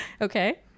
okay